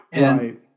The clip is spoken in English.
Right